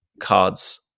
cards